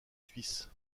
suisses